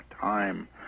time